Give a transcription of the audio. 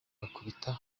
bakubita